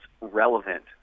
relevant